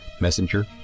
Messenger